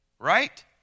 right